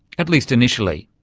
at least initially.